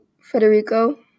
Federico